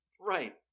Right